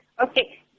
Okay